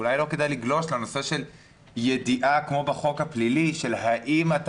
אולי לא כדאי לגלוש לנושא של ידיעה כמו בחוק הפלילי של האם אתה